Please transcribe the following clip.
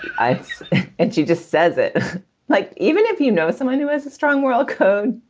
i and she just says it like even if you know someone who has a strong moral code,